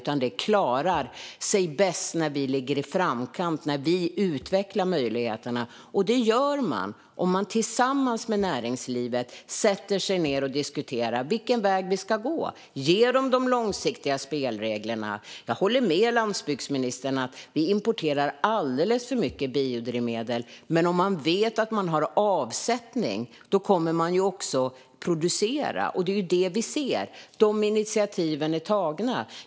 Vi klarar oss bäst när vi ligger i framkant och utvecklar möjligheterna, och det gör vi om vi sätter oss ned tillsammans med näringslivet och diskuterar vilken väg vi ska gå och ger dem de långsiktiga spelreglerna. Jag håller med landsbygdsministern om att vi importerar alldeles för mycket biodrivmedel. Men om man vet att man har avsättning kommer man också att producera, och det är det vi ser. De initiativen är tagna.